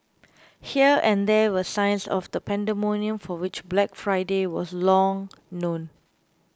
here and there were signs of the pandemonium for which Black Friday was long known